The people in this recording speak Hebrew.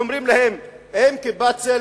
ואומרים להם: האם "כיפת ברזל"